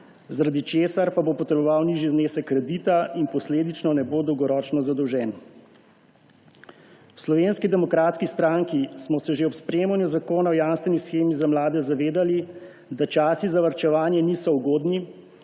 zaradi česa pa bo potreboval nižji znesek kredita in posledično ne bo dolgoročno zadolžen. V SDS smo se že ob sprejemanju zakona o jamstveni shemi za mlade zavedali, da časi za varčevanje niso ugodni,